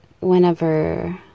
whenever